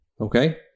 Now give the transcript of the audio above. okay